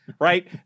right